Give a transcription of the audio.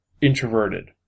introverted